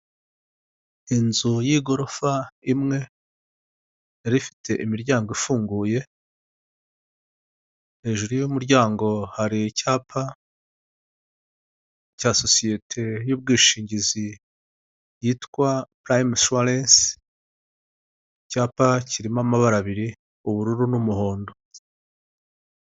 Inyubako ifite ibara ry'umweru ifite n'amadirishya y'umukara arimo utwuma, harimo amarido afite ibara ry'ubururu ndetse n'udutebe, ndetse hari n'akagare kicaramo abageze mu za bukuru ndetse n'abamugaye, harimo n'ifoto imanitsemo muri iyo nyubako.